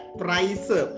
price